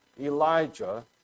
Elijah